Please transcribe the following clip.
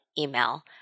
email